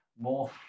More